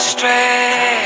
Straight